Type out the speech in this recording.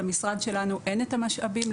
למשרד שלנו אין את המשאבים.